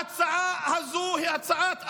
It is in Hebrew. ההצעה הזו היא הצעת אפרטהייד.